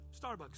Starbucks